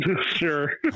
sure